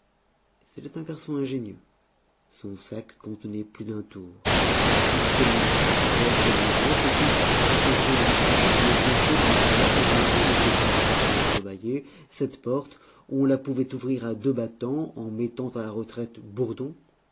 c'était un garçon ingénieux son sac contenait plus d'un tour il démontra clair comme le jour que si au point de vue pratique le décès de m de la hourmerie n'était qu'une porte entrebâillée cette porte on la pouvait ouvrir à deux battants en mettant à la retraite bourdon